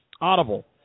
Audible